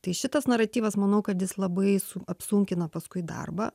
tai šitas naratyvas manau kad jis labai apsunkina paskui darbą